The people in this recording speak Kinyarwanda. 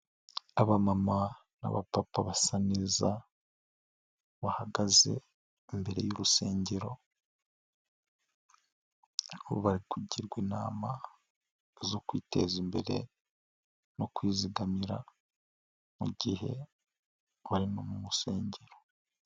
Abamama n'abapapa basa neza bahagaze imbere y'urusengero, aho bari kugirwa inama zo kwiteza imbere no kwizigamira mu gihe bari mu rusengero.